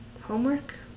Homework